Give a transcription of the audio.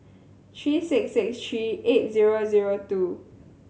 three six six three eight zero zero two